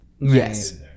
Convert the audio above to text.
Yes